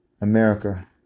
America